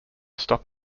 stop